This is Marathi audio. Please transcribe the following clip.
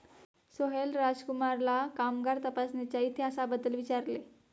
सोहेल राजकुमारला कामगार तपासणीच्या इतिहासाबद्दल विचारले